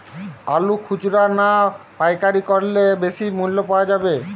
আলু খুচরা না পাইকারি করলে বেশি মূল্য পাওয়া যাবে?